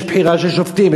יש בחירה של שופטים,